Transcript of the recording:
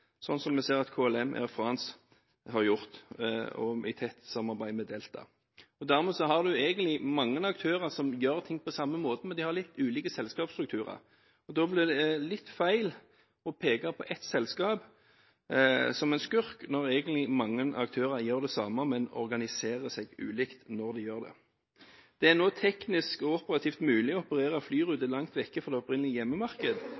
sånn som vi ser at KLM og Air France har gjort, i tett samarbeid med Delta. Dermed har en egentlig mange aktører som gjør ting på samme måte, men de har litt ulike selskapsstrukturer, og da blir det litt feil å peke på ett selskap som en skurk, når mange aktører egentlig gjør det samme, men organiserer seg ulikt når de gjør det. Det er nå teknisk og operativt mulig å operere